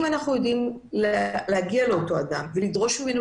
אם אנחנו יודעים להגיע לאותו אדם ולדרוש ממנו